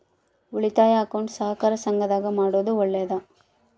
ಉಳಿತಾಯ ಅಕೌಂಟ್ ಸಹಕಾರ ಸಂಘದಾಗ ಮಾಡೋದು ಒಳ್ಳೇದಾ?